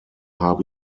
habe